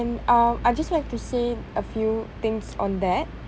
uh I just like to say a few things on that